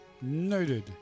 Noted